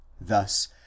Thus